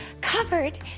covered